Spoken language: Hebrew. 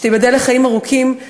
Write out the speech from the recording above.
שתיבדל לחיים ארוכים,